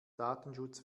datenschutz